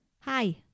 Hi